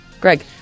Greg